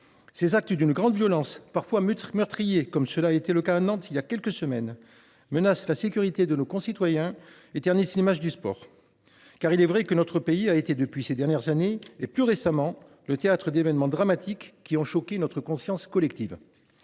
Ces actes d’une grande violence, parfois meurtriers – ce fut le cas à Nantes voilà quelques semaines – menacent la sécurité de nos concitoyens et ternissent l’image du sport. Il est vrai que notre pays a été, ces dernières années et plus récemment encore, le théâtre d’événements dramatiques qui ont choqué notre conscience collective.